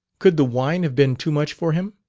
could the wine have been too much for him?